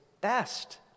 best